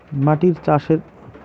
মরিচ চাষের জন্য বীজ কয় রকমের হয়?